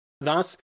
Thus